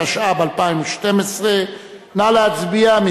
התשע"ב 2012. נא להצביע.